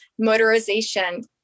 motorization